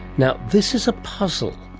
now, this is a puzzle.